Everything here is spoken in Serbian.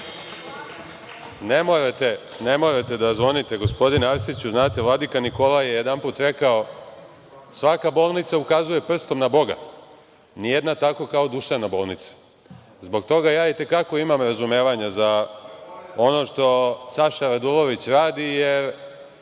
Ne morate da zvonite gospodine Arsiću. Znate, vladika Nikolaj je jedanput rekao – svaka bolnica ukazuje prstom na Boga, nijedna tako kao duševna bolnica. Zbog toga ja itekako imam razumevanja za ono što Saša Radulović radi, jer